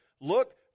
Look